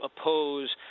oppose